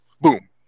Boom